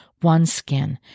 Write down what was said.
OneSkin